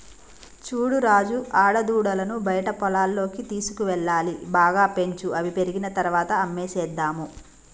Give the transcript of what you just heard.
చూడు రాజు ఆడదూడలను బయట పొలాల్లోకి తీసుకువెళ్లాలి బాగా పెంచు అవి పెరిగిన తర్వాత అమ్మేసేద్దాము